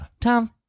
Tom